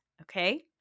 okay